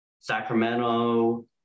Sacramento